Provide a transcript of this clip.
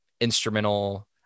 instrumental